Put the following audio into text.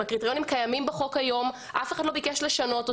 הקריטריונים קיימים בחוק היום ואף אחד לא ביקש לשנות אותם.